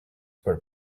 were